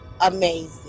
Amazing